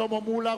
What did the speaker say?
שלמה מולה,